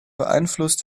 beeinflusst